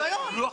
ביזיון.